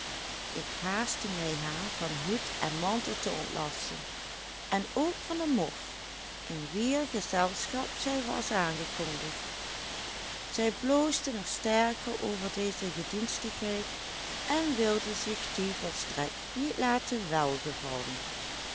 ik haastte mij haar van hoed en mantel te ontlasten en ook van de mof in wier gezelschap zij was aangekondigd zij bloosde nog sterker over deze gedienstigheid en wilde zich die volstrekt niet laten welgevallen